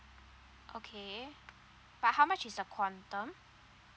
okay but how much is the quantum